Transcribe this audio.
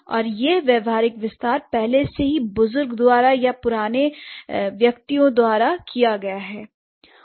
और यह व्यावहारिक विस्तार पहले से ही बुजुर्गों द्वारा या पुराने वक्ताओं द्वारा किया गया है